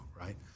Right